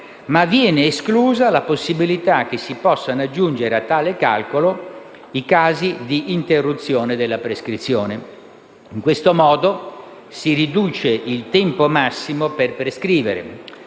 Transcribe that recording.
ma viene esclusa la possibilità che si possano aggiungere a tale calcolo i casi di interruzione della prescrizione. In questo modo, si riduce il tempo massimo per prescrivere: